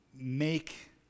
make